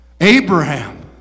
Abraham